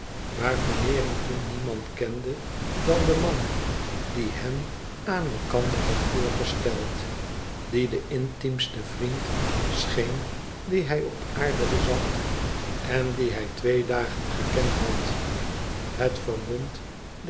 waar veneering toen niemand kende dan den man die hen aan elkander had voorgesteld die de intiemste vriend scheen dien hij op aarde bezat en dien hij twee dagen gekend had het verbond